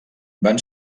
van